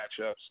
matchups